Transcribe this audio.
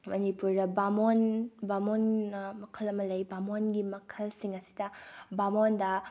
ꯃꯅꯤꯄꯨꯔꯗ ꯕꯥꯃꯣꯟ ꯕꯥꯃꯣꯟꯅ ꯃꯈꯜ ꯑꯃ ꯂꯩ ꯕꯥꯃꯣꯟ ꯃꯈꯜꯁꯤꯡ ꯑꯁꯤꯗ ꯕꯥꯃꯣꯟꯗ ꯑꯩꯈꯣꯏꯅ